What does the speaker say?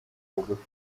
bugufi